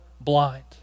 blind